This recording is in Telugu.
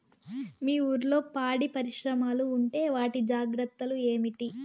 మీ ఊర్లలో పాడి పరిశ్రమలు ఉంటే వాటి జాగ్రత్తలు ఏమిటి